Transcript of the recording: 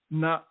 na